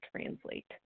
translate